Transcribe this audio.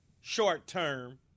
short-term